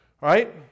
right